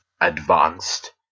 advanced